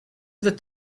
that